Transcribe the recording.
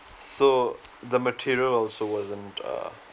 so the material also wasn't uh